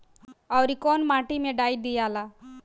औवरी कौन माटी मे डाई दियाला?